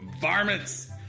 Varmints